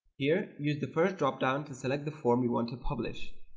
here, use the first dropdown to select the form you want to publish